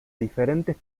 diferentes